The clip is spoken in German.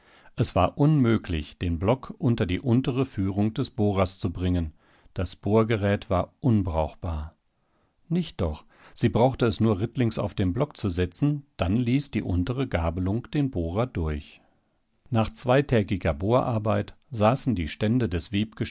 es war unmöglich den block unter die untere führung des bohrers zu bringen das bohrgerät war unbrauchbar nicht doch sie brauchte es nur rittlings auf den block zu setzen dann ließ die untere gabelung den bohrer durch nach zweitägiger bohrarbeit saßen die ständer des